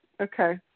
Okay